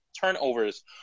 turnovers